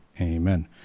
amen